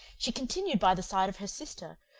she continued by the side of her sister,